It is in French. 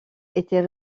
était